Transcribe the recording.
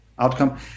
outcome